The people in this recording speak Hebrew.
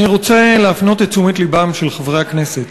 אני רוצה להפנות את תשומת לבם של חברי הכנסת